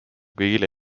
kõigile